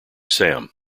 sam